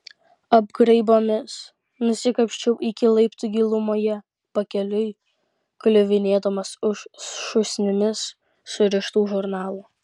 apgraibomis nusikapsčiau iki laiptų gilumoje pakeliui kliuvinėdamas už šūsnimis surištų žurnalų